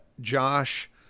josh